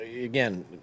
again